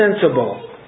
sensible